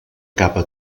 capa